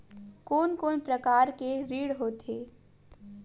कोन कोन प्रकार के ऋण होथे?